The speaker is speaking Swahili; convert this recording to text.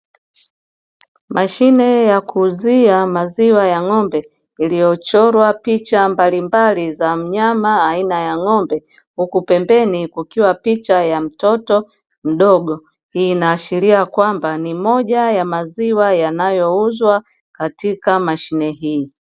Mashine ya kuuzia maziwa ya ng'ombe iliyochorwa picha mbalimbali za mnyama aina ya ng'ombe, huku pembeni kukiwa picha ya mtoto mdogo hii inaashiria kwamba ni moja ya maziwa yanayo uzwa katika mashine hii.